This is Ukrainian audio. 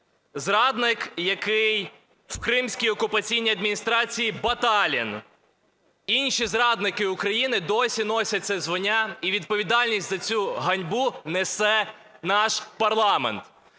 зрадник, який в кримській окупаційній адміністрації, Баталін, інші зрадники України досі носять це звання, і відповідальність за цю ганьбу несе наш парламент.